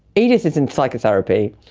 edith is in psychotherapy.